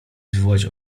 wywołać